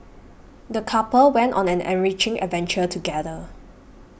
the couple went on an enriching adventure together